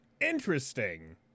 Interesting